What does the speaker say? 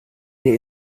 der